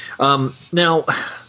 Now